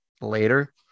later